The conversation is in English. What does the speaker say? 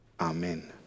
Amen